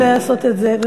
לא נעים לי לעשות את זה.